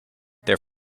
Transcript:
their